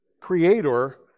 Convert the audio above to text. creator